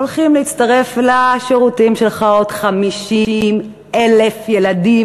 הולכים להצטרף לשירותים שלך עוד 50,000 ילדים